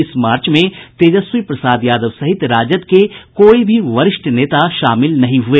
इस मार्च में तेजस्वी प्रसाद यादव सहित राजद के कोई भी वरिष्ठ नेता शामिल नहीं हुए